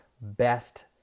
best